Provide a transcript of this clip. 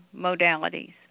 modalities